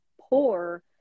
poor